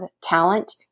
talent